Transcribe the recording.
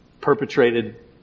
perpetrated